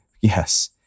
Yes